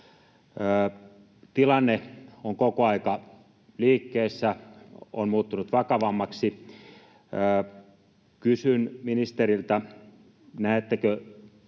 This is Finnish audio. Tilanne on koko ajan liikkeessä, on muuttunut vakavammaksi. Kysyn ministeriltä: näettekö